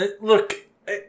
Look